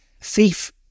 Thief